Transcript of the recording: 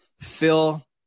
fill